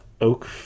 Oak